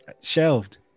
Shelved